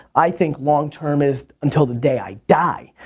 i think long-term is until the day i die.